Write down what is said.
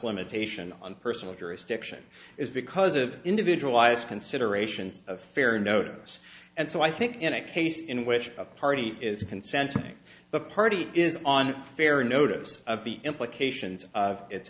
limitation on personal jurisdiction is because of individuals considerations of fair notice and so i think in a case in which a party is consenting the party is on fair notice of the implications of it